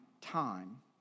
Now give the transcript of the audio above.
time